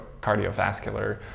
cardiovascular